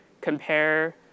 compare